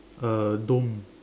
uh dome